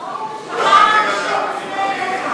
בממשלה לא נתקבלה.